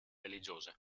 religiose